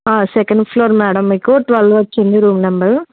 second floor madam మీకు twelve వచ్చింది room number